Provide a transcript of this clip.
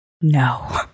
No